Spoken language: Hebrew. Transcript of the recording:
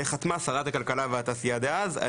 חתמה שרת הכלכלה והתעשייה דאז,